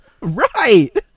Right